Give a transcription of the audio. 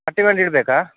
ಪಟ್ಟಿ ಮಾಡಿ ಇಡಬೇಕಾ